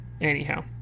anyhow